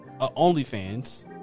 OnlyFans